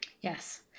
Yes